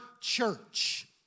church